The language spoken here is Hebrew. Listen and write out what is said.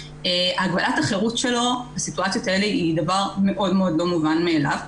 הגבלת החירות שלו בסיטואציות האלה היא דבר מאוד מאוד לא מובן מאליו,